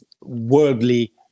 worldly